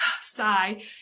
sigh